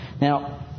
Now